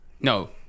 no